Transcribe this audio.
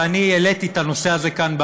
ואני העליתי את הנושא הזה כאן,